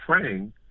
praying